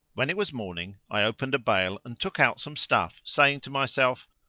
when it was morning i opened a bale and took out some stuff saying to myself,